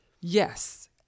Yes